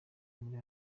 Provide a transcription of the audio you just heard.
muri